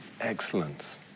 excellence